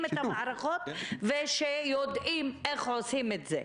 את המערכות ושיודעים איך עושים את זה.